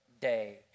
day